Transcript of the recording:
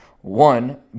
one